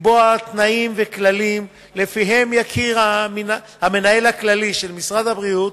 לקבוע תנאים וכללים שלפיהם יכיר המנהל הכללי של משרד הבריאות